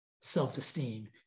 self-esteem